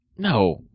No